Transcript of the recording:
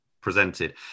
presented